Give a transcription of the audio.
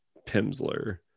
Pimsler